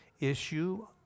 issue